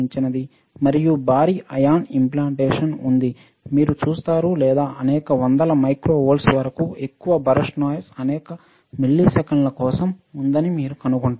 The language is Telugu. మరియు భారీ అయాన్ ఇంప్లాంటేషన్ ఉంది మీరు చూస్తారు లేదా అనేక వందల మైక్రో వోల్ట్ల వరకు ఎక్కువ భరష్ట్ నాయిస్ అనేక మిల్లీసెకన్ల కోసం ఉందని మీరు కనుగొంటారు